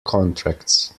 contracts